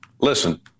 Listen